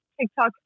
tiktok